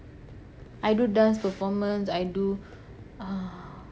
I do dance performance I do uh